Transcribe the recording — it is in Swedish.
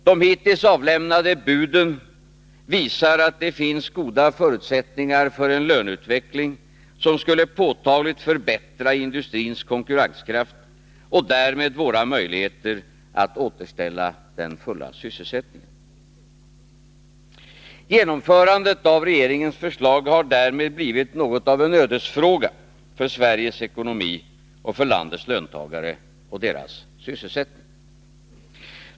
De hittills avlämnade buden visar att det finns goda förutsättningar för en löneutveckling som påtagligt skulle förbättra industrins konkurrenskraft och därmed våra möjligheter att återställa den fulla sysselsättningen. Genomförandet av regeringens förslag har därmed blivit något av en ödesfråga för Sveriges ekonomi och för landets löntagare och deras sysselsättning.